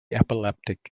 epileptic